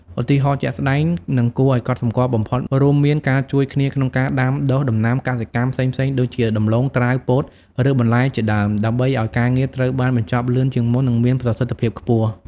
ឧទាហរណ៍ជាក់ស្តែងនិងគួរឱ្យកត់សម្គាល់បំផុតរួមមានការជួយគ្នាក្នុងការដាំដុះដំណាំកសិកម្មផ្សេងៗដូចជាដំឡូង ត្រាវ ពោត ឬបន្លែជាដើម ដើម្បីឲ្យការងារត្រូវបានបញ្ចប់លឿនជាងមុននិងមានប្រសិទ្ធភាពខ្ពស់។